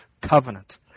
covenant